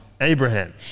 Abraham